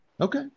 Okay